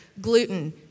gluten